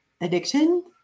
addiction